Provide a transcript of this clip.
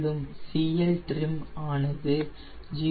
மேலும் CLtrim ஆனது 0